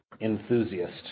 enthusiast